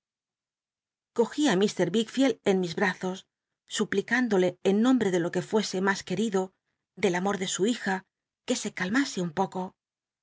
t mr wickficld en mis brazos suplicándole en nombre de lo que le fuese mas luel'ido del amor de su hija que se calmase un poco